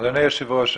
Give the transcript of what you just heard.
אדוני היושב-ראש,